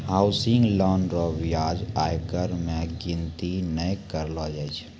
housing loan रो ब्याज आयकर मे गिनती नै करलो जाय छै